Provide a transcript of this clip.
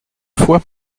fois